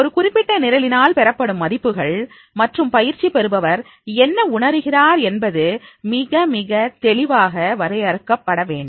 ஒரு குறிப்பிட்ட நிரலினால் பெறப்படும் மதிப்புகள் மற்றும் பயிற்சி பெறுபவர் என்ன உணருகிறார் என்பது மிக மிகத் தெளிவாக வரையறுக்கப்பட வேண்டும்